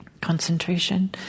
concentration